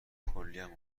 کلیم